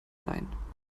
leihen